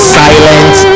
silence